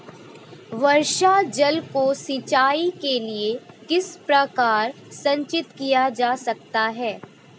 वर्षा जल को सिंचाई के लिए किस प्रकार संचित किया जा सकता है?